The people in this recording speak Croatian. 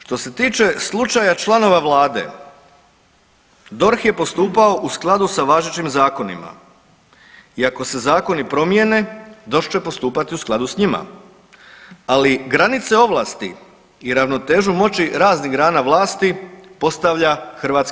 Što se tiče slučaja članova Vlade, DORH je postupao u skladu sa važećim zakonima i ako se zakoni promijene DORH će postupati u skladu s njima, ali granice ovlasti i ravnotežu moći raznih grana vlasti postavlja HS.